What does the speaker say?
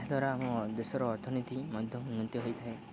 ଏହାଦ୍ୱାରା ଆମ ଦେଶର ଅର୍ଥନୀତି ମଧ୍ୟ ଉନ୍ନତି ହୋଇଥାଏ